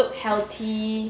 look healthy